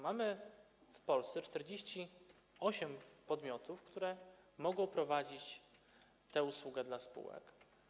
Mamy w Polsce 48 podmiotów, które mogą wykonywać tę usługę dla spółek.